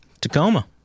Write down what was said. Tacoma